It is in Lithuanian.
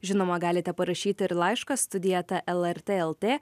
žinoma galite parašyti ir laišką studija eta lrt lt